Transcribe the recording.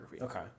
Okay